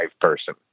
person